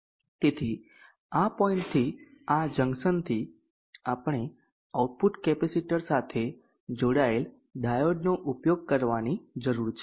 તેથી આ પોઈન્ટથી આ જંકશનથી આપણે આઉટપુટ કેપેસિટર સાથે જોડાયેલ ડાયોડનો ઉપયોગ કરવાની જરૂર છે